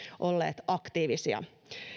olleet aktiivisia